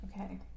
Okay